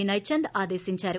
వినయ్ చంద్ ఆదేశించారు